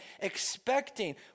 expecting